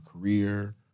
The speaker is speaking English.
career